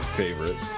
favorite